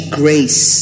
grace